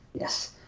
Yes